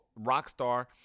Rockstar